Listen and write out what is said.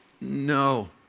no